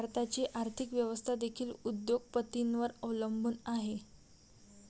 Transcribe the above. भारताची आर्थिक व्यवस्था देखील उद्योग पतींवर अवलंबून आहे